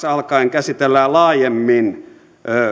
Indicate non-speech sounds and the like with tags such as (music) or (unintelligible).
(unintelligible) alkaen käsitellään laajemmin